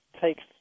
takes